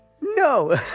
no